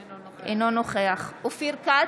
אינו נוכח אופיר כץ,